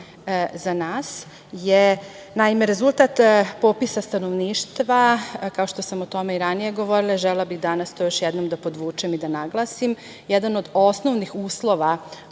nas je rezultat popisa stanovništva, kao što sam o tome i ranije govorila i želela bih danas to još jednom da podvučem i da naglasim, jedan od osnovnih uslova